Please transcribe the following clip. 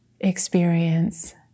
experience